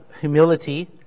humility